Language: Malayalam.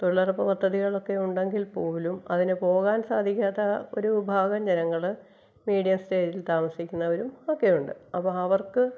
തൊഴിലുറപ്പു പദ്ധതികളൊക്കെ ഉണ്ടെങ്കിൽപ്പോലും അതിനു പോകാൻ സാധിക്കാത്ത ഒരു വിഭാഗം ജനങ്ങൾ മീഡിയം സ്റ്റൈലിൽ താമസിക്കുന്നവരും ഒക്കെ ഉണ്ട് അപ്പോൾ അവർക്ക്